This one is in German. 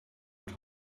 und